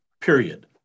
period